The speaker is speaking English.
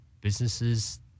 businesses